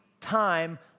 time